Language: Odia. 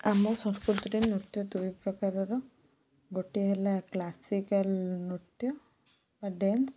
ଆମ ସଂସ୍କୃତିରେ ନୃତ୍ୟ ଦୁଇ ପ୍ରକାରର ଗୋଟେ ହେଲା କ୍ଲାସିକାଲ ନୃତ୍ୟ ବା ଡ୍ୟାନ୍ସ